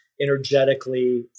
energetically